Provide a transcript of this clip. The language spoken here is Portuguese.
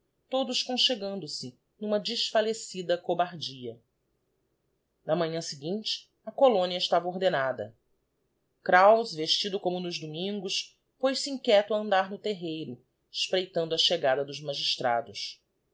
todos conchegando se n'uma desfallecida cobardia na manhã seguinte a colónia estava ordenada kraus vestido como nos domingos poz-se inquieto a andar no terreiro espreitando achegada dos magistrados